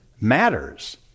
matters